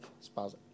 spouse